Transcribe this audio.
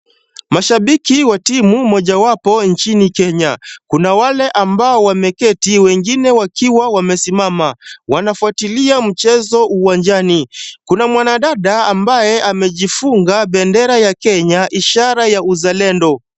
Mashabiki wa timu mojawapo nchini Kenya. Kuna wale ambao wameketi wengine wakiwa wamesimama. Wanafuatilia mchezo uwanjani. Kuna mwanadada ambaye amejifunga bendera ya Kenya ishara ya uzalendo.